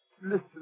Listen